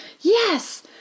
yes